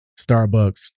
Starbucks